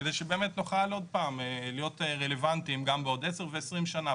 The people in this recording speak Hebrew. כדי שבאמת נוכל להיות רלוונטיים גם בעוד עשר ו-20 שנה.